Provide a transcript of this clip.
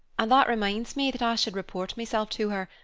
and that reminds me that i should report myself to her,